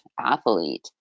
athlete